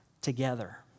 together